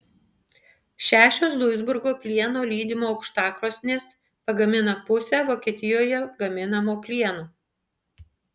šešios duisburgo plieno lydimo aukštakrosnės pagamina pusę vokietijoje gaminamo plieno